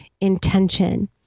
intention